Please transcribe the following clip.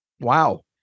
Wow